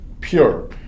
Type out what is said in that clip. pure